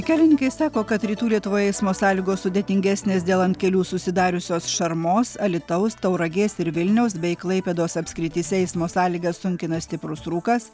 kelininkai sako kad rytų lietuvoje eismo sąlygos sudėtingesnės dėl ant kelių susidariusios šarmos alytaus tauragės ir vilniaus bei klaipėdos apskrityse eismo sąlygas sunkina stiprus rūkas